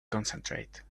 concentrate